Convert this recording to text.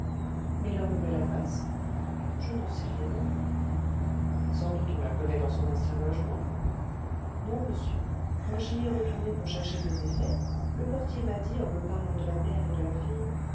mais leur nouvelle adresse je n'en sais rien non plus sans doute on la connaît dans son ancien logement non monsieur quand j'y ai retourné pour chercher mes effets le portier m'a dit en me parlant de la mère et de la fille